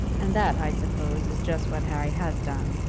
and that, i suppose, is just what harry has done.